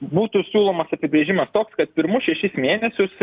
būtų siūlomas apibrėžimas toks kad pirmus šešis mėnesius